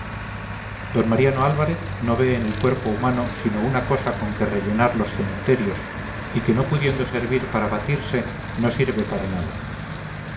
d mariano álvarez no ve en el cuerpo humano sino una cosa con que rellenar los cementerios y que no pudiendo servir para batirse no sirve para nada